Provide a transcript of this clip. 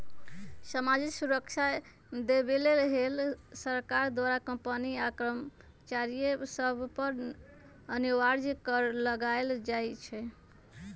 सामाजिक सुरक्षा देबऐ लेल सरकार द्वारा कंपनी आ कर्मचारिय सभ पर अनिवार्ज कर लगायल जाइ छइ